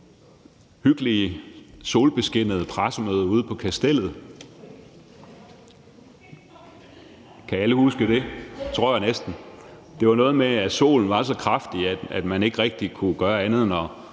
det meget hyggelige, solbeskinnede pressemøde ude på Kastellet – kan alle huske det? Det tror jeg næsten. Det var noget med, at solen var så kraftig, at man ikke rigtig kunne gøre andet end at